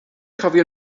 cofio